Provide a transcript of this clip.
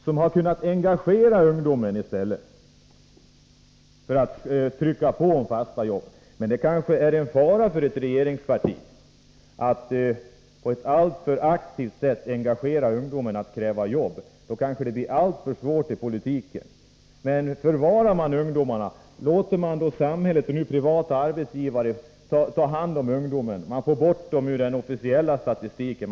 Det hade kunnat engagera ungdomarna. Men det kanske är en fara för ett regeringsparti att på ett alltför aktivt sätt engagera ungdomen att kräva jobb. Då kanske det blir alltför svårt i politiken. Men förvarar man ungdomarna genom att låta samhället och privata arbetsgivare ta hand om dem får man bort dem ur statistiken.